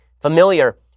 familiar